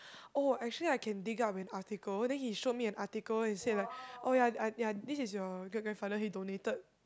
oh actually I can dig out an article then he showed me an article he said like oh ya ya ya this is your great grandfather he donated